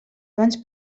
abans